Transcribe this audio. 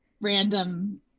random